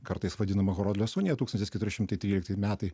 kartais vadinama horodlės unija tūkstantis keturi šimtai trylikti metai